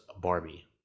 Barbie